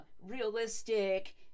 realistic